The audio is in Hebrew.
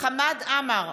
חמד עמאר,